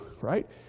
right